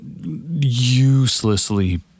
uselessly